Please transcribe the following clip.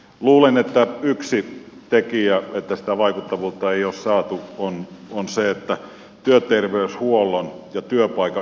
luulen että yksi tekijä että sitä vaikuttavuutta ei ole saatu on se että työterveyshuollon ja työpaikan yhteys ei toimi